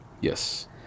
Yes